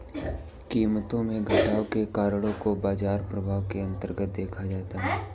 कीमतों में घटाव के कारणों को बाजार प्रभाव के अन्तर्गत देखा जाता है